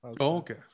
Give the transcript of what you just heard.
okay